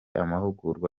amahugurwa